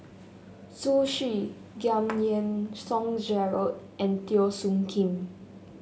Zhu Xu Giam Yean Song Gerald and Teo Soon Kim